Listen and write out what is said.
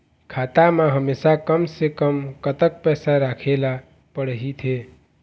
खाता मा हमेशा कम से कम कतक पैसा राखेला पड़ही थे?